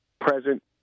present